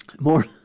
More